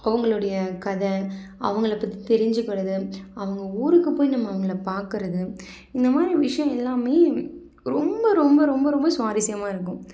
அவங்களுடைய கதை அவங்களை பற்றி தெரிஞ்சிக்கிறது அவங்க ஊருக்கு போய் நம்ம அவங்களை பார்க்குறது இந்த மாதிரி விஷயம் எல்லாம் ரொம்ப ரொம்ப ரொம்ப ரொம்ப சுவாரஸ்யமாக இருக்கும்